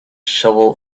shovel